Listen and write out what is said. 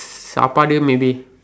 சாப்பாடு:saappaadu maybe